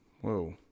whoa